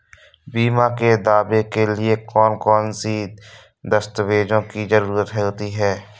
बीमा के दावे के लिए कौन कौन सी दस्तावेजों की जरूरत होती है?